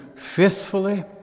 faithfully